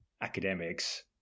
academics